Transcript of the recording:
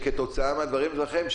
כתוצאה מהדברים שלהם,